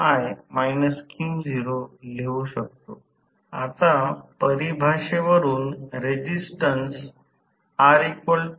तर प्रारंभिक प्रवाह VThevenin असेल येथे S एक ठेवले म्हणजे S १